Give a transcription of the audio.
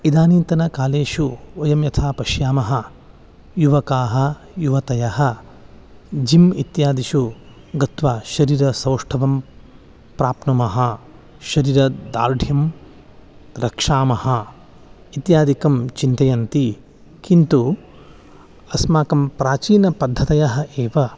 इदानीन्तनकालेषु वयं यथा पश्यामः युवकाः युवतयः जिम् इत्यादिषु गत्वा शरीरसौष्ठवं प्राप्नुमः शरीरदार्ढ्यं रक्षामः इत्यादिकं चिन्तयन्ति किन्तु अस्माकं प्राचीनाः पद्धतयः एव